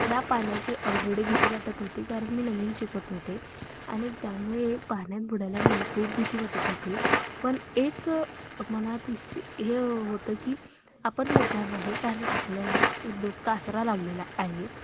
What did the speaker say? ह्या पाण्याची ऑलरेडी भीती वाटत होती कारण मी नवीन शिकत होते आणि त्यामुळे पाण्यात बुडाल्यामुळे खूप भीती वाटत होती पण एक मनात इश्च हे होतं की आपण बुडणार नाही कारण आपल्याला दो कासरा लावलेला आहे